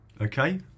Okay